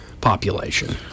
population